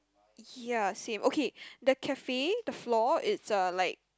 ya same okay the cafe the floor it's a like